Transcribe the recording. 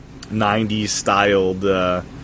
90s-styled